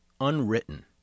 unwritten